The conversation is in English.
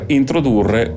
introdurre